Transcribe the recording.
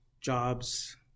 jobs